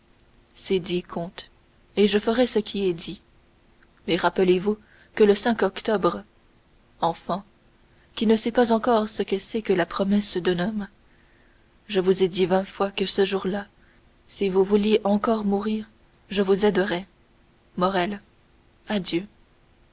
c'est dit comte et je ferai ce qui est dit mais rappelez-vous que le octobre enfant qui ne sait pas encore ce que c'est que la promesse d'un homme je vous ai dit vingt fois que ce jour-là si vous vouliez encore mourir je vous aiderais morrel adieu